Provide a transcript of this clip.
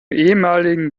ehemaligen